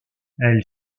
elle